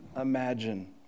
imagine